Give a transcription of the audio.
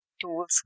tools